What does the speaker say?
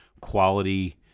quality